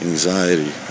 anxiety